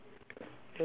then red